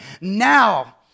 Now